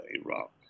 Iraq